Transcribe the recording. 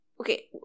okay